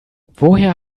woher